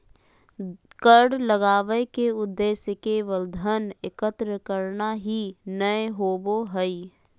कर लगावय के उद्देश्य केवल धन एकत्र करना ही नय होबो हइ